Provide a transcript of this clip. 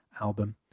album